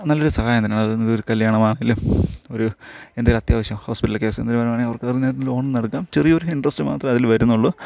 നല്ലൊരു സഹായം തന്നെയാണ് അത് ഒരു കല്യാണമാണെങ്കിലും ഒരു എന്തേലും അത്യാവശ്യം ഹോസ്പിറ്റൽ കേസ് എന്തെങ്കിലും വരുവാണെങ്കില് അവർക്കതിൽ നിന്ന് ലോൺ എടുക്കാം ചെറിയൊരു ഇൻറ്ററെസ്റ്റ് മാത്രമേ അതിൽ വരുന്നുള്ളു